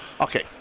Okay